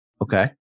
Okay